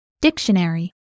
Dictionary